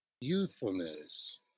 Youthfulness